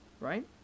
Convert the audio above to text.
right